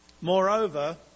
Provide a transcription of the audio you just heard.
Moreover